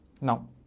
Now